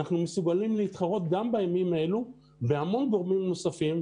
אנחנו מסוגלים להתחרות גם בימים אלו בהמון גורמים נוספים,